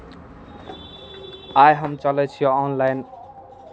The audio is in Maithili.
आइ हम चलै छियै ऑनलाइन